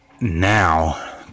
Now